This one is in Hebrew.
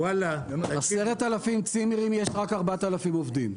10,000 צימרים יש, רק 4,000 עובדים.